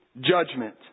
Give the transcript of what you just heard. judgment